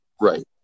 Right